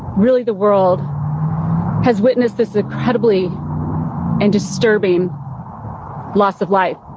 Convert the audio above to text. really the world has witnessed this incredibly and disturbing loss of life.